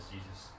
Jesus